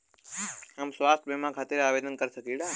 हम स्वास्थ्य बीमा खातिर आवेदन कर सकीला?